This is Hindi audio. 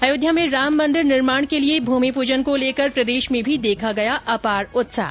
अयोध्या में राम मंदिर निर्माण के लिए भूमि पूजन को लेकर प्रदेश में भी देखा गया अपार उत्साह